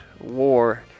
war